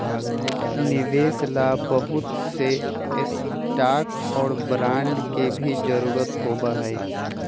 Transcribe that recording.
निवेश ला बहुत से स्टाक और बांड के भी जरूरत होबा हई